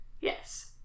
Yes